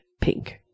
pink